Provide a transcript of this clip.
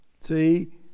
See